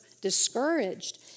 discouraged